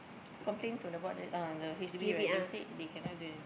complain to the board the the H_D_B right they say they cannot do anything